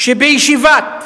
בישיבת